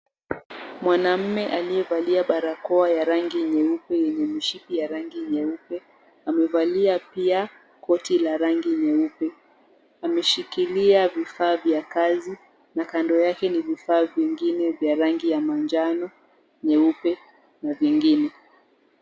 Mwanaume aliyevalia barakoa ya rangi nyeupe yenye mishipi ya rangi nyeupe, amevalia pia koti la rangi nyeupe, ameshikilia vifaa vya kazi na kando yake ni vifaa vingine vya rangi ya manjano, nyeupe na vingine.